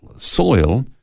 Soil